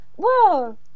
Whoa